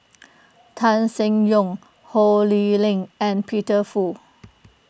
Tan Seng Yong Ho Lee Ling and Peter Fu